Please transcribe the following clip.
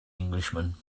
englishman